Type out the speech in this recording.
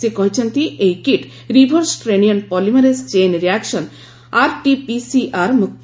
ସେ କହିଛନ୍ତି ଏହି କିଟ୍ ରିଭର୍ସ ଟ୍ରେନିୟନ୍ ପଲିମିରେଜ୍ ଚେନ୍ ରିଆକ୍ସନ ଆର୍ଟିପିସିଆର୍ ମୁକ୍ତ